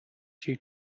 due